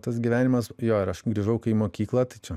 tas gyvenimas jo ir aš grįžau kai į mokyklą tai čia